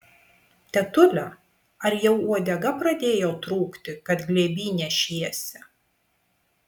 tetule ar jau uodega pradėjo trūkti kad glėby nešiesi